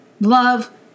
love